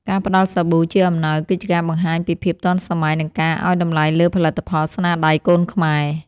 ការផ្តល់សាប៊ូជាអំណោយគឺជាការបង្ហាញពីភាពទាន់សម័យ និងការឱ្យតម្លៃលើផលិតផលស្នាដៃកូនខ្មែរ។